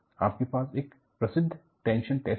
आपके पास एक प्रसिद्ध टेंशन टेस्ट है